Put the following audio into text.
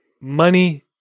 money